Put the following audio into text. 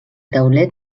tauler